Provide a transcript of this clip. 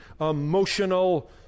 Emotional